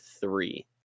three